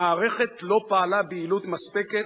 המערכת לא פעלה ביעילות מספקת,